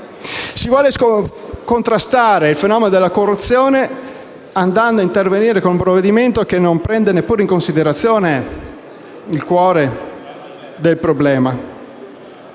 Si vuole contrastare il fenomeno della corruzione intervenendo con un provvedimento che non prende neppure in considerazione il cuore del problema.